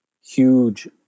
huge